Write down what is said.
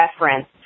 reference